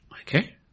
Okay